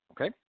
Okay